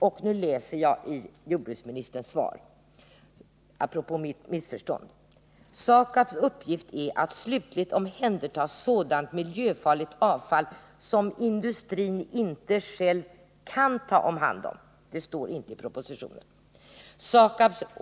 Och nu läser jag, apropå mitt ”missförstånd”, i jordbruksministerns svar: ”SAKAB:s uppgift är att slutligt omhänderta sådant miljöfarligt avfall som industrin själv inte kan ta hand om.” Detta står inte i propositionen.